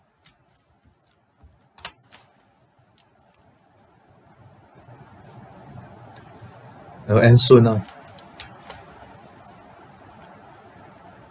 I will end soon ah